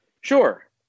Sure